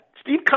Steve